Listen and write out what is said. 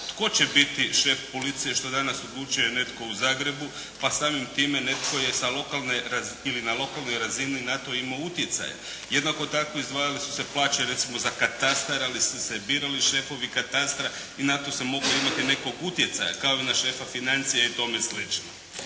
tko će biti šef policije, što danas odlučuje netko u Zagrebu, pa samim time netko je sa lokalne razine ili na lokalnoj razini na to imao utjecaja. Jednako tako izdvajale su se plaće, recimo, za katastar, ali su se birali šefovi katastra i na to se moglo imati nekog utjecaja, kao i na šefa financija i tome